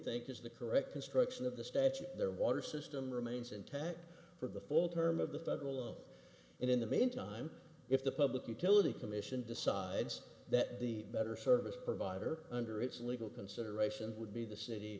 think is the correct construction of the statute their water system remains intact for the full term of the federal loan and in the meantime if the public utility commission decides that the better service provider under its legal considerations would be the city